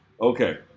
okay